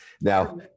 Now